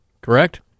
correct